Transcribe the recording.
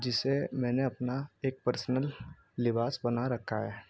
جسے میں نے اپنا ایک پرسنل لباس بنا رکھا ہے